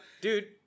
Dude